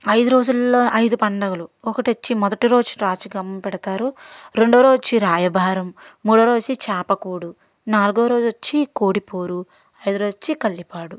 ఐదు రోజుల్లో ఐదు పండుగలు ఒకటి వచ్చి మొదటి రోజు రాజిగం పెడతారు రెండో రోజు వచ్చి రాయబారం మూడో రోజు వచ్చి చాపకూడు నాలుగో రోజు వచ్చి కోడిపూరు ఐదో రోజు వచ్చి కల్లిపాడు